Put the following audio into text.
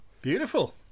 Beautiful